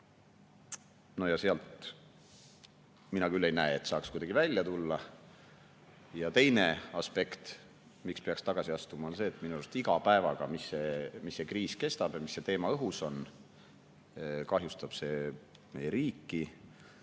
No mina küll ei näe, et sealt saaks kuidagi välja tulla. Teine aspekt, miks peaks tagasi astuma, on see, et minu arust iga päevaga, mis see kriis kestab ja see teema õhus on, kahjustab see meie